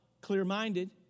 clear-minded